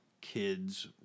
kids